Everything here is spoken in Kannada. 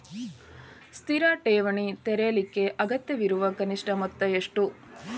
ಸ್ಥಿರ ಠೇವಣಿ ತೆರೇಲಿಕ್ಕೆ ಅಗತ್ಯವಿರೋ ಕನಿಷ್ಠ ಮೊತ್ತ ಎಷ್ಟು?